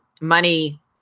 money